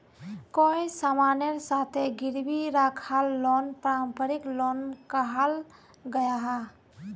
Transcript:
कोए सामानेर साथे गिरवी राखाल लोन पारंपरिक लोन कहाल गयाहा